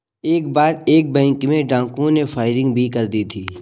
एक बार एक बैंक में डाकुओं ने फायरिंग भी कर दी थी